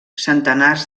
centenars